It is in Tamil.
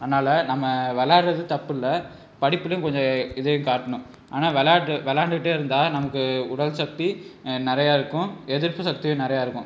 அதனால் நம்ம விளாடுறது தப்பில்லை படிப்பிலியும் கொஞ்சோம் இது காட்டணும் ஆனால் விளாட்டு விளாண்டுட்டே இருந்தால் நமக்கு உடல் சக்தி நிறையா இருக்கும் எதிர்ப்பு சக்தியும் நிறையா இருக்கும்